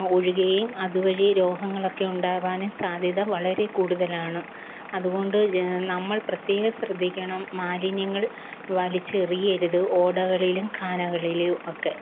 ഒഴുകുകയും അതുവഴി രോഗങ്ങളക്കെ ഉണ്ടാവാൻ സാധ്യത വളരെ കൂടുതലാണ് അതുകൊണ്ട് നമ്മള് പ്രത്യേകം ശ്രദ്ധിക്കണം മാലിന്യങ്ങള് വലിച്ചെറിയരുത് ഓടകളിലും ഖാനകളിലും ഒക്കെ